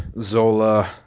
Zola